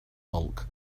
bulk